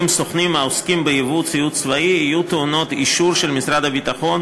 סוכנים העוסקים בייבוא ציוד צבאי יהיו טעונות אישור של משרד הביטחון,